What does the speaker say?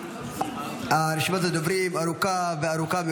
--- רשימת הדוברים ארוכה מאוד,